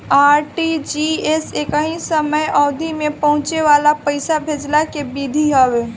RTGS एकही समय अवधि में पहुंचे वाला पईसा भेजला के विधि हवे